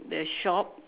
the shop